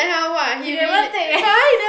he never take eh